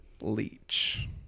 Leech